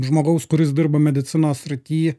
žmogaus kuris dirba medicinos srity